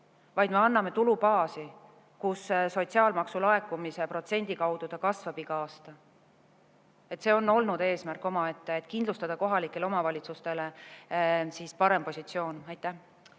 vaid anname selle tulubaasi, kus see sotsiaalmaksu laekumise protsendi kaudu kasvab igal aastal. See on olnud eesmärk omaette, et kindlustada kohalikele omavalitsustele parem positsioon. Aitäh